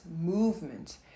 movement